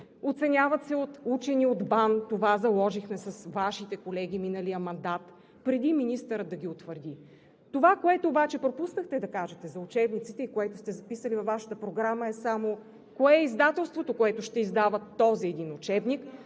оценяват се от учени от БАН – това заложихме с Вашите колеги през миналия мандат преди министърът да ги утвърди. Това, което пропуснахте обаче да кажете за учебниците и което сте записали във Вашата програма, е кое е издателството, което ще издава този един учебник